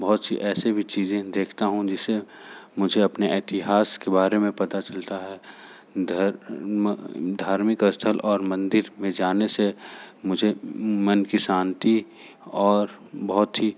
बहुत सी ऐसे भी चीज़ें देखता हूँ जिसे मुझे अपने इतिहास के बारे में पता चलता है धर्म धार्मिक स्थल और मंदिर में जाने से मुझे मन की शांति और बहुत ही